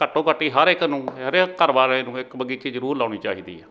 ਘੱਟੋ ਘੱਟ ਹਰ ਇੱਕ ਨੂੰ ਹਰੇਕ ਘਰ ਵਾਲੇ ਨੂੰ ਇੱਕ ਬਗੀਚੀ ਜ਼ਰੂਰ ਲਾਉਣੀ ਚਾਹੀਦੀ ਹੈ